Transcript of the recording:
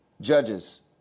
Judges